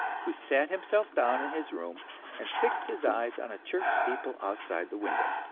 who sat himself down in his room and fixed his eyes on a church steeple outside the window,